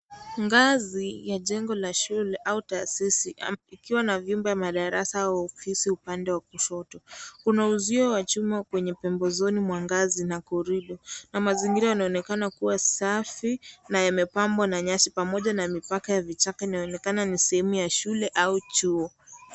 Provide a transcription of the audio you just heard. Ngazi ya jengo la shule au taasisi pakiwa na vyumba vya madarasa na au ofisi upande wa kushoto, Kuna uzio wa chuma kwenye pembezoni mwa ngazi na korido. Mazingira unaonekana kuwa safi na yamepambwa na nyasi pamoja na mipaka ya vichaka inaonekana ni sehemu ya shule au chuo.